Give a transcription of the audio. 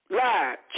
lie